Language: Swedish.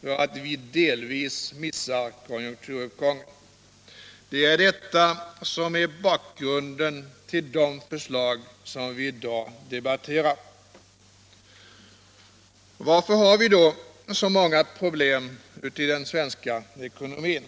för att vi delvis missar konjunkturuppgången. Detta är bakgrunden till de förslag som vi i dag debatterar. Varför har vi då så många problem i den svenska ekonomin?